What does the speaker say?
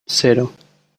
cero